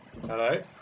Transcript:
Hello